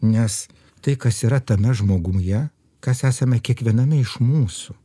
nes tai kas yra tame žmogumje kas esame kiekviename iš mūsų